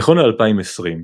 נכון ל-2020,